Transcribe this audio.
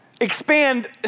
expand